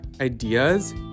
ideas